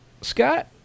scott